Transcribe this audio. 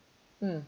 mm